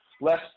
Less